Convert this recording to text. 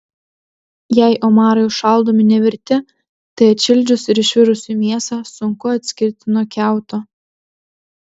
jei omarai užšaldomi nevirti tai atšildžius ir išvirus jų mėsą sunku atskirti nuo kiauto